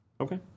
okay